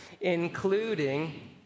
including